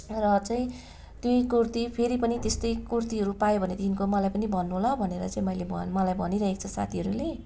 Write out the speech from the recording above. र चाहिँ त्यही कुर्ती फेरि पनि त्यस्तै कुर्तीहेरू पायो भनेदेखिको मलाई पनि भन्नु ल भनेर मैले भनेँ मलाई भनिराखेको छ साथीहरूले